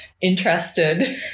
interested